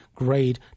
grade